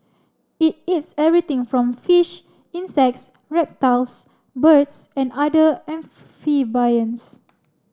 it eats everything from fish insects reptiles birds and other amphibians